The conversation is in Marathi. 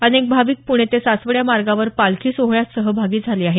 अनेक भाविक प्णे ते सासवड या मार्गावर पालखी सोहळ्यात सहभागी झाले आहेत